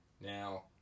Now